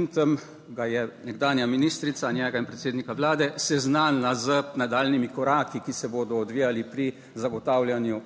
in tam, ga je nekdanja ministrica, njega in predsednika Vlade, seznanila z nadaljnjimi koraki, ki se bodo odvijali pri zagotavljanju